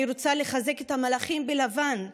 אני רוצה לחזק את המלאכים בלבן,